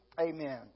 Amen